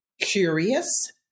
Curious